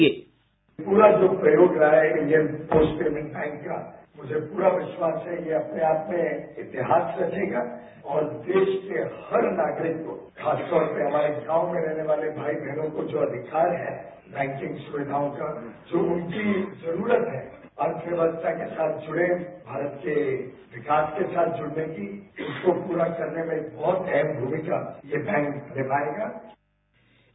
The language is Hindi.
साउंड बाईट पूरा जो प्रयोग रहा है इंडियन पोस्ट पेमैंट बैंक का मुझे पूरा विश्वास है ये अपने आप में इतिहास रचेगा और देश के हर नागरिक को खास तौर पर हमारे गांव में रहने वाले भाई बहनों को जो अधिकार हैं दैंकिंग सुविधाओं का जो उनकी जरूरत है अर्थध्यवस्था के साथ जुड़े भारत के विकास के साथ जुड़ने की उसको पूरा करने में बहुत अहम भूमिका यह वैंक निभाये गा